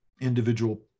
individual